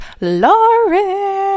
Lauren